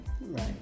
right